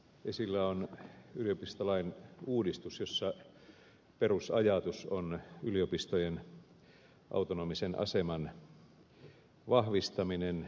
esillä on yliopistolain uudistus jossa perusajatus on yliopistojen autonomisen aseman vahvistaminen